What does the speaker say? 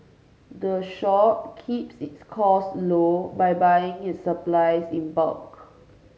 the shop keeps its cost low by buying its supplies in bulk